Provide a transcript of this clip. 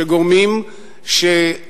של גורמים שצמחו,